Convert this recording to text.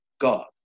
God